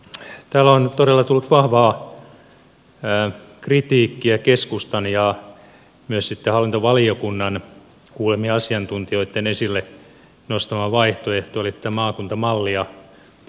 täällä on todella tullut vahvaa kritiikkiä keskustan ja myös sitten hallintovaliokunnan kuulemien asiantuntijoitten esille nostamaa vaihtoehtoa eli tätä maakuntamallia kohtaan